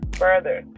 further